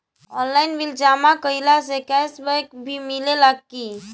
Online bill जमा कईला से कैश बक भी मिलेला की?